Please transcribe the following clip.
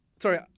Sorry